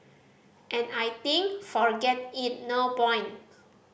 and I think forget it no point